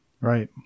Right